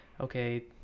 okay